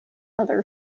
other